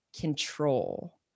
control